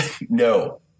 No